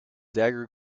dagger